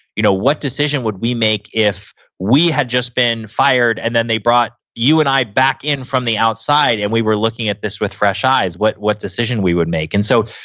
you know what decision would we make if we had just been fired, and then, they brought you and i back in from the outside, and we were looking at this with fresh eyes what what decision we would make? and so,